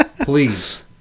Please